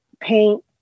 paint